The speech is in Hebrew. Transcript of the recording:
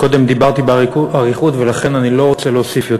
אני קודם דיברתי באריכות ולכן אני לא רוצה להוסיף,